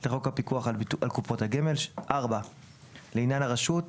לחוק הפיקוח על קופות הגמל; לעניין הרשות,